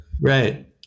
Right